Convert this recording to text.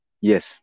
Yes